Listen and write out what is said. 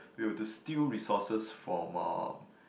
we have to steal resources from uh